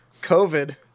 COVID